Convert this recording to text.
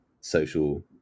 social